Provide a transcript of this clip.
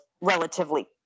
relatively